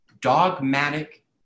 dogmatic